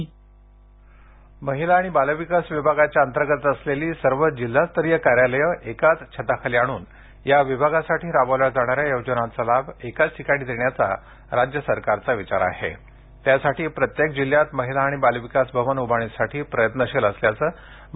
वाशिम महिला आणि बाल विकास विभागाच्या अंतर्गत असलेली सर्व जिल्हास्तरीय कार्यालयं एकाच छताखाली आणून या विभागासाठी राबवल्या जाणाऱ्या योजनांचा लाभ एकाच ठिकाणी देण्याचा राज्य सरकारचा विचार आहे त्यासाठी प्रत्येक जिल्ह्यात महिला आणि बाल विकास भवन उभारणीसाठी प्रयत्नशील असल्याचं मंत्री यशोमती ठाकूर यांनी सांगितलं